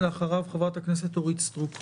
ואחריו חברת הכנסת אורית סטרוק.